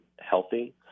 healthy